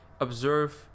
observe